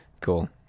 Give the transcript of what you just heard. Cool